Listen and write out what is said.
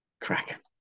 crack